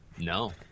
No